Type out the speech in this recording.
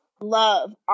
love